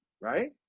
right